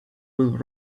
with